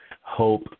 hope